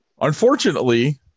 Unfortunately